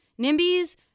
NIMBY's